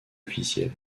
officiel